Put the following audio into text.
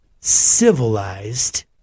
civilized